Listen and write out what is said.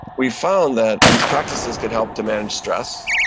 we found that these practices can help to manage stress,